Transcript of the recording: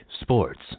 sports